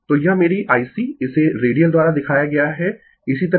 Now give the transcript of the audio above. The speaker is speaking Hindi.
तो यह मेरी I C इसे रेडियल द्वारा दिखाया गया है इसी तरह